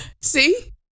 See